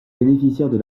bénéficiaires